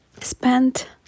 spent